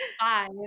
five